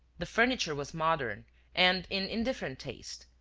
the furniture was modern and in indifferent taste,